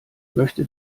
möchte